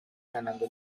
ganando